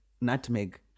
nutmeg